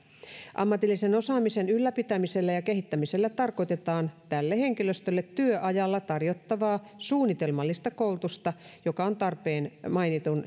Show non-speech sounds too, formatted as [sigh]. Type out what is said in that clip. ammatillisen osaamisen ylläpitämisellä ja kehittämisellä tarkoitetaan tälle henkilöstölle työajalla tarjottavaa suunnitelmallista koulutusta joka on tarpeen mainitun [unintelligible]